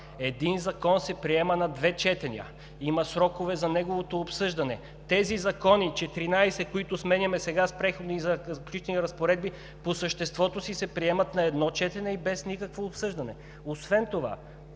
Един закон се приема на две четения, има срокове за неговото обсъждане. Тези четиринадесет закона, които сменяме сега с Преходни и заключителни разпоредби, по съществото си се приемат на едно четене и без никакво обсъждане. Освен това